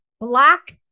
Black